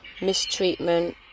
mistreatment